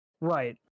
Right